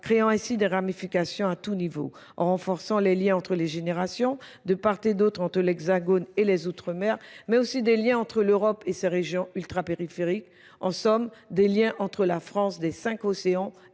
créant ainsi des ramifications à tous niveaux, en renforçant les liens entre les générations, de part et d'autre entre l'Hexagone et les Outre-mer, mais aussi des liens entre l'Europe et ses régions ultrapériphériques. En somme, des liens entre la France des cinq océans et le monde.